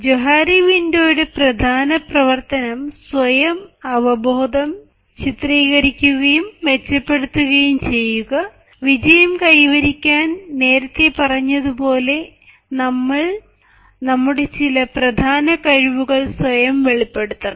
Johari വിൻഡോയുടെ പ്രധാന പ്രവർത്തനംസ്വയം അവബോധം ചിത്രീകരിക്കുകയും മെച്ചപ്പെടുത്തുകയും ചെയ്യുക വിജയം കൈവരിക്കാൻ നേരത്തെ പറഞ്ഞതുപോലെനമ്മൾ നമ്മുടെ ചില പ്രധാന കഴിവുകൾ സ്വയം വെളിപ്പെടുത്തണം